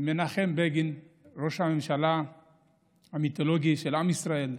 היה מנחם בגין, ראש הממשלה המיתולוגי של עם ישראל.